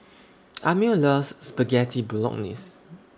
Amil loves Spaghetti Bolognese